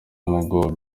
mugo